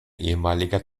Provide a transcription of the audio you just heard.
ehemaliger